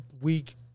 week